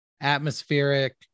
atmospheric